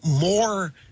more